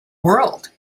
world